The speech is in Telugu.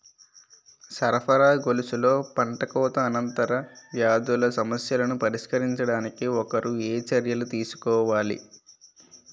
సరఫరా గొలుసులో పంటకోత అనంతర వ్యాధుల సమస్యలను పరిష్కరించడానికి ఒకరు ఏ చర్యలు తీసుకోవాలి?